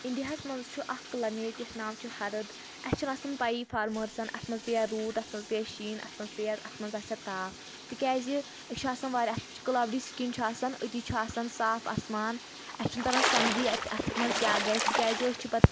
اِنڈیاہَس منٛز چھُ اکھ کٕلمَیٹ یَتھ ناو چھُ ہَرُد اَسہِ چھُنہٕ آسان پَیِی فارمٲرٕسَن اَتھ منٛز پیٛا روٗد اَتھ منٛز پیے شیٖن اتھ منٛز پیٚیہِ اَتھ منٛز آسہِ ہا تاپھ تِکیازِ أسۍ چھِ آسان واریاہ اَتھ چھُ کٕلَوڈِی سِکِن چھُ آسان أتی چھُ آسان صاف آسمان اَسہِ چھُنہٕ تَرَان سَمجی اَتہِ اَتھ منٛز کیاہ گژھِ تِکیٛازِ أسۍ چھِ پَتہٕ